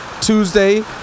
Tuesday